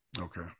Okay